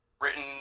written